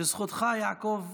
בזכותך, יעקב,